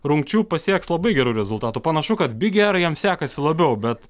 rungčių pasieks labai gerų rezultatų panašu kad big ėr jam sekasi labiau bet